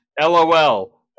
LOL